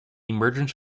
emergence